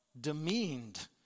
demeaned